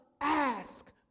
ask